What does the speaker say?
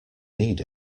need